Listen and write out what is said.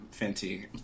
Fenty